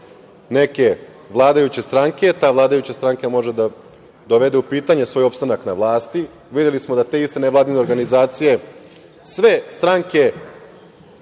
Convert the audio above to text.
neke vladajuće stranke, ta vladajuća stranka može da dovede u pitanje svoj opstanak na vlasti. Videli smo da te iste nevladine organizacije, sve stranke